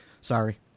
sorry